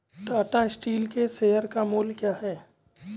Tata steel के share का मूल्य क्या है?